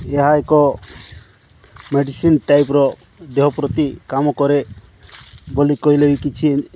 ଏହା ଏକ ମେଡ଼ିସିନ୍ ଟାଇପ୍ର ଦେହ ପ୍ରତି କାମ କରେ ବୋଲି କହିଲେ ବି କିଛି